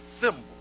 symbol